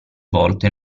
volte